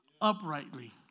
uprightly